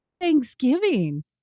Thanksgiving